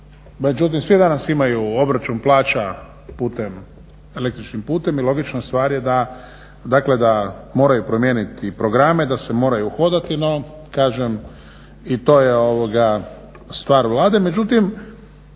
međutim svi danas imaju obračun plaća elektroničnim putem i logična stvar je da moraju promijeniti programe, da se moraju uhodati, no kažem i to je stvar Vlade. Međutim,